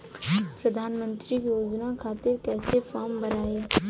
प्रधानमंत्री योजना खातिर कैसे फार्म भराई?